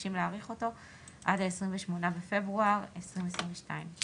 מבקשים להאריך אותו עד ה-28 בפברואר 2022. אגב,